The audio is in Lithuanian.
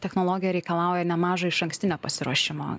technologija reikalauja nemažo išankstinio pasiruošimo